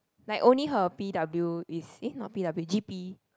like only her P_W is eh not P_W G_P